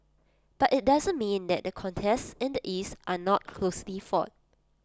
but IT doesn't mean that the contests in the east are not closely fought